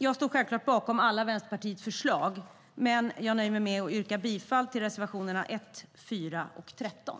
Jag står självklart bakom alla Vänsterpartiets förslag men nöjer mig med att yrka bifall till reservationerna 1, 4 och 13.